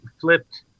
flipped